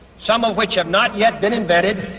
some of which have not yet been invented,